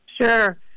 Sure